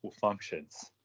functions